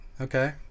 Okay